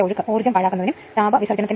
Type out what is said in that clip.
ഇതാണ് പ്രശ്നം